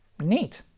neat.